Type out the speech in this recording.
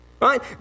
Right